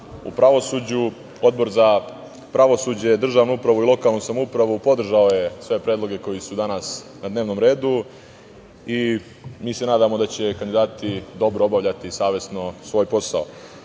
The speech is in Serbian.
u pravosuđu. Odbor za pravosuđe, državnu upravu i lokalnu samoupravu podržao je sve predloge koji su danas na dnevnom redu i mi se nadamo da će kandidati dobro obavljati i savesno svoj posao,